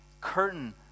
curtain